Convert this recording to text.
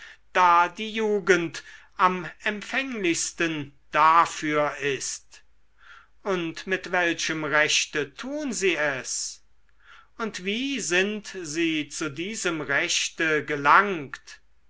da die jugend am empfänglichsten dafür ist und mit welchem rechte tun sie es und wie sind sie zu diesem rechte gelangt